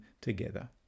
together